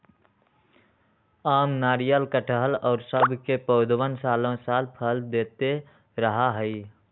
आम, नारियल, कटहल और सब के पौधवन सालो साल फल देते रहा हई